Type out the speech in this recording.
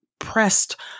Pressed